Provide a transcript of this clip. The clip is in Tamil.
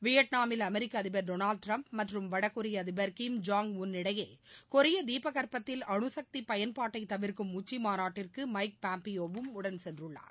வியட்நாமில் அமெரிக்க அதிபர் டொளால்ட் ட்ரம்ப் மற்றும் வட கொரிய அதிபர் கிம் ஜாய் உள் இடையே கொரிய தீபகற்பத்தில் அனுசக்தி பயன்பாட்டை தவிர்க்கும் உச்சி மாநாட்டிற்கு எமக் பாம்பியோவும் உடன் சென்றுள்ளார்